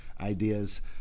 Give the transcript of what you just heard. ideas